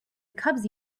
cubs